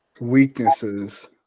weaknesses